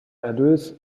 erlös